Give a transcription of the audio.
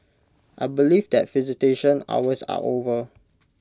I believe that visitation hours are over